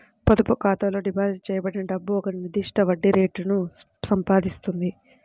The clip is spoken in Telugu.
పొదుపు ఖాతాలో డిపాజిట్ చేయబడిన డబ్బు ఒక నిర్దిష్ట వడ్డీ రేటును సంపాదిస్తుంది